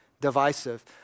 divisive